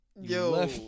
Yo